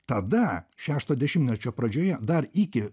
tada šešto dešimtmečio pradžioje dar iki